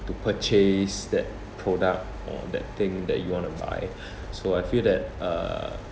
to purchase that product or that thing that you want to buy so I feel that uh